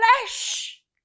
flesh